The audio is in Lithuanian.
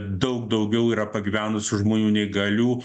daug daugiau yra pagyvenusių žmonių neįgalių